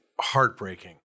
heartbreaking